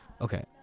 okay